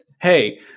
Hey